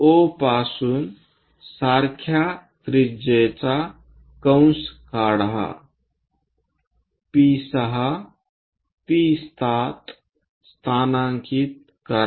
O पासून सारख्या त्रिज्येचा कंस काढा P6 P7 स्थानांकित करा